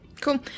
Cool